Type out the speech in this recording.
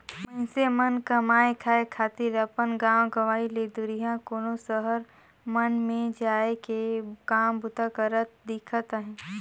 मइनसे मन कमाए खाए खातिर अपन गाँव गंवई ले दुरिहां कोनो सहर मन में जाए के काम बूता करत दिखत अहें